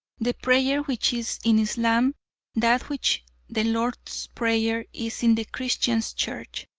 the prayer which is in islam that which the lord's prayer is in the christian church,